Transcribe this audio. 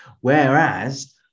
Whereas